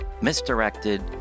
misdirected